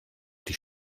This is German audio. die